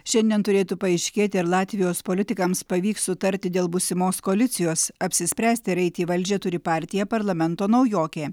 šiandien turėtų paaiškėti ar latvijos politikams pavyks sutarti dėl būsimos koalicijos apsispręst ar eiti į valdžią turi partija parlamento naujokė